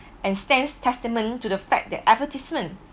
and stands testament to the fact that advertisement